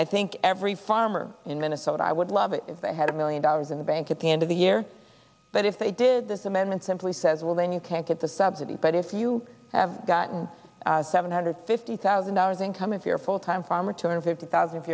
i think every farmer in minnesota i would love it if they had a million dollars in the bank at the end of the year but if they did this amendment simply says well then you can't get the subsidy but if you have gotten seven hundred fifty thousand dollars income if you're full time farmer two hundred fifty thousand